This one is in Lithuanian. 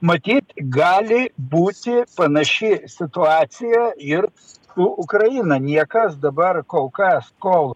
matyt gali būti panaši situacija ir su ukraina niekas dabar kol kas kol